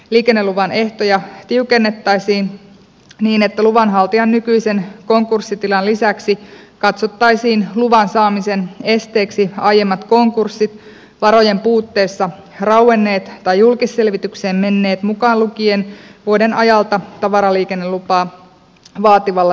liikenneluvan ehtoja tiukennettaisiin niin että luvanhaltijan nykyisen konkurssitilan lisäksi katsottaisiin luvan saamisen esteeksi aiemmat konkurssit varojen puutteessa rauenneet tai julkisselvitykseen menneet mukaan lukien vuoden ajalta tavaraliikennelupaa vaativalla toimialalla